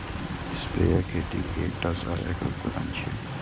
sprayer खेती के एकटा सहायक उपकरण छियै